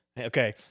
Okay